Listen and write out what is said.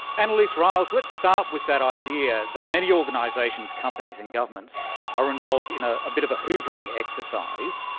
annelise riles, let's start with that idea that many organisations, companies and governments are involved in ah a bit of a hoovering exercise,